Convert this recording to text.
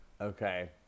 Okay